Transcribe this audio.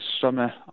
summer